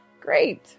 Great